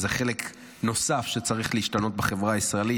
וזה חלק נוסף שצריך להשתנות בחברה הישראלית,